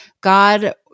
God